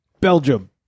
Belgium